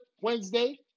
Wednesday